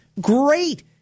Great